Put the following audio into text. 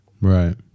right